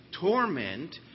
torment